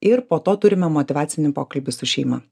ir po to turime motyvacinį pokalbį su šeima